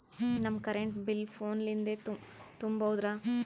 ನಮ್ current bill phone ಲಿಂದೇ ತುಂಬೌದ್ರಾ?